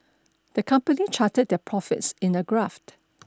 the company charted their profits in a graph